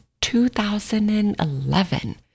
2011